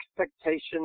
expectations